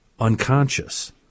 unconscious